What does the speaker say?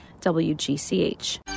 wgch